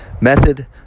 method